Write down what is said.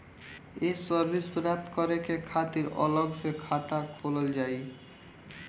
ये सर्विस प्राप्त करे के खातिर अलग से खाता खोलल जाइ?